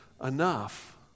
enough